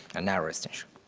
a narrower extension.